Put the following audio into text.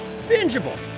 bingeable